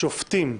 שופטים,